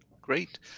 Great